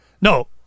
no